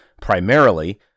primarily